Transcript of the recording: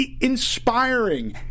Inspiring